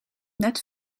net